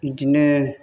बिदिनो